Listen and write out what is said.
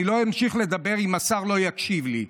אני לא אמשיך לדבר אם השר לא יקשיב לי.